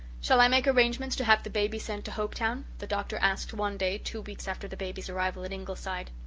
shall i make arrangements to have the baby sent to hopetown? the doctor asked one day two weeks after the baby's arrival at ingleside.